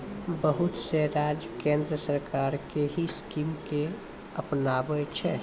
बहुत से राज्य केन्द्र सरकार के ही स्कीम के अपनाबै छै